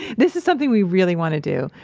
this is something we really want to do.